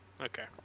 Okay